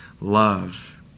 love